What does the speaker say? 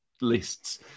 lists